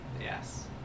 Yes